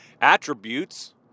attributes